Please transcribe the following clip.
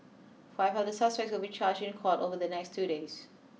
five of the suspects will be charged in court over the next two days